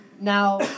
now